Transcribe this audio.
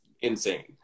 insane